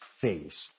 face